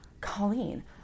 colleen